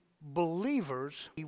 believers